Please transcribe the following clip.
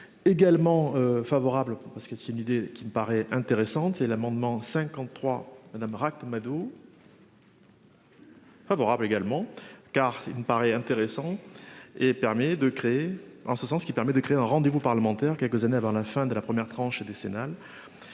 Également favorable parce que c'est une idée qui me paraît intéressante, c'est l'amendement 53, Madame Ract-Madoux. Favorable également car il me paraît intéressant et permet de créer en ce sens, qui permet de créer un rendez-vous parlementaire quelques années avant la fin de la première tranche et décennale.